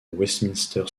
westminster